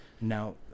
Now